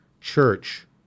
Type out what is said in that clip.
Church